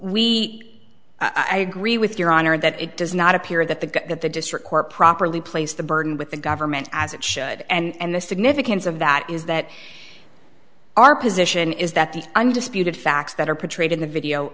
we i agree with your honor that it does not appear that the guy that the district court properly placed the burden with the government as it should and the significance of that is that our position is that the undisputed facts that are patrolled in the video